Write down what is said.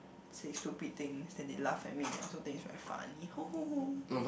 say stupid things then they laugh at me I also think it's very funny (hoo) (hoo) (hoo)